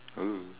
!woo!